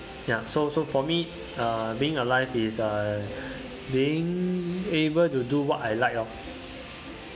ya so so for me uh being alive is uh being able to do what I like lor